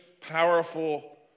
powerful